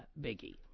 biggie